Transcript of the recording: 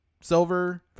silver